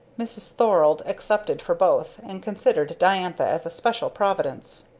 mrs. thorald accepted for both, and considered diantha as a special providence.